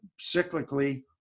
cyclically